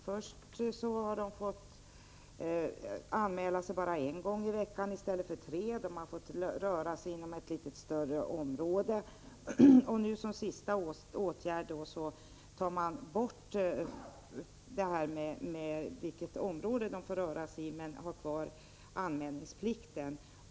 Först har de behövt anmäla sig bara en gång i veckan i stället för tre gånger. De har fått röra sig inom ett litet större område, och nu som sista åtgärd tar man bort föreskriften om vilket område de får röra sig i men har kvar anmälningsplikten.